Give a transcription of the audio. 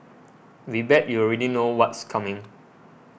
we bet you already know what's coming